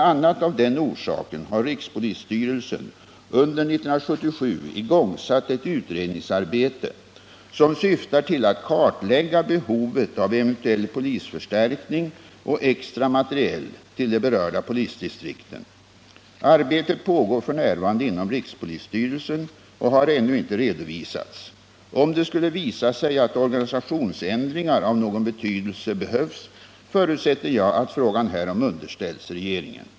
a. av den orsaken har rikspolisstyrelsen under 1977 igångsatt ett utredningsarbete, som syftar till att kartlägga behovet av eventuell polisförstärkning och extra materiel till de berörda polisdistrikten. Arbetet pågår f. n. inom rikspolisstyrelsen och har ännu inte redovisats. Om det skulle visa sig att organisationsändringar av någon betydelse behövs, förutsätter jag att frågan härom underställs regeringen.